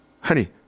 Honey